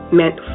meant